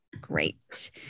great